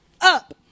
up